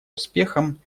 успехом